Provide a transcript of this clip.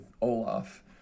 Olaf